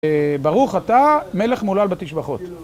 ברוך אתה, מלך מולל בתשבחות.